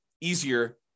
easier